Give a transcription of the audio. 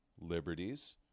liberties